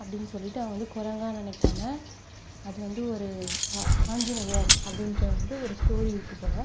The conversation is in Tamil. அப்படின்னு சொல்லிட்டு அவங்க வந்து குரங்காக நினைக்காம அது வந்து ஒரு ஆஞ்சநேயர் அப்படின்றது வந்து ஒரு ஸ்டோரி இருக்குது போலே